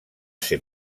ser